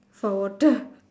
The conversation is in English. for water